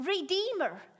Redeemer